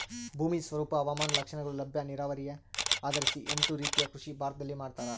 ಭೂಮಿ ಸ್ವರೂಪ ಹವಾಮಾನ ಲಕ್ಷಣಗಳು ಲಭ್ಯ ನೀರಾವರಿ ಆಧರಿಸಿ ಎಂಟು ರೀತಿಯ ಕೃಷಿ ಭಾರತದಲ್ಲಿ ಮಾಡ್ತಾರ